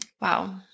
Wow